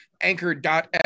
anchor.f